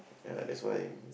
uh that's why